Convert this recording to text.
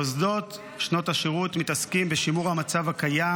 מוסדות שנות השירות מתעסקים בשימור המצב הקיים